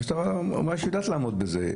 המשטרה אמרה שהיא יודעת לעמוד בזה.